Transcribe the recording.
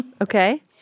Okay